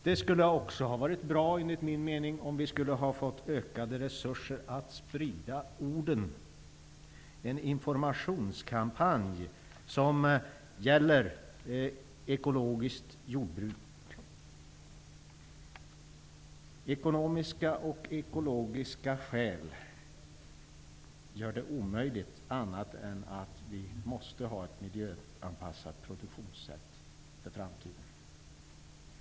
Det skulle, enligt min mening, också ha varit bra om vi hade fått ökade resurser att sprida orden, t.ex. en informationskampanj som gäller ekologiskt jordbruk. Ekonomiska och ekologiska skäl gör det omöjligt att ha annat än ett miljöanpassat produktionssätt för framtiden.